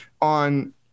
on